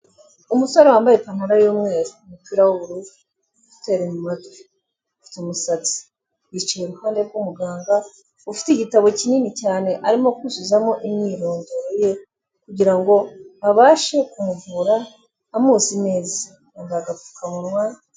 Umusore wambaye ipantaro y'umweru umupira w'ubururu ekuteri matwi afite umusatsi, yicaye iruhande rw'umuganga ufite igitabo kinini cyane arimo kuzuzamo imyirondo ye kugira ngo abashe kumuvura amuzi neza yambaye agapfukamunwa.